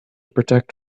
protect